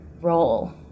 role